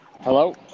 Hello